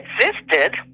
existed